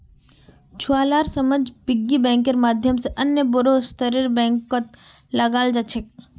छुवालार समझ पिग्गी बैंकेर माध्यम से अन्य बोड़ो स्तरेर बैंकत लगाल जा छेक